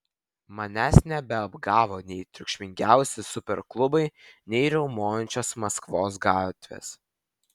manęs nebeapgavo nei triukšmingiausi superklubai nei riaumojančios maskvos gatvės